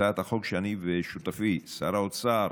הצעת החוק שאני ושותפי שר האוצר